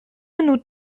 nous